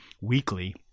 Weekly